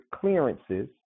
clearances